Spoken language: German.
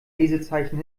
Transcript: lesezeichen